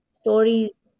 stories